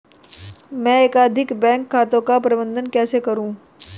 मैं एकाधिक बैंक खातों का प्रबंधन कैसे करूँ?